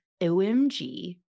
OMG